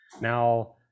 Now